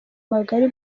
magari